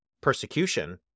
persecution